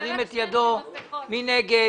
מי נגד?